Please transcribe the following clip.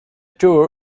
tour